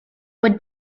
would